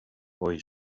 boy